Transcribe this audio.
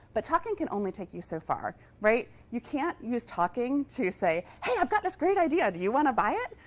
but talking can only take you so far. right? you can't use talking to say, hey, i've got this great idea! do you want to buy it?